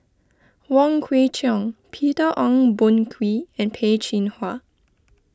Wong Kwei Cheong Peter Ong Boon Kwee and Peh Chin Hua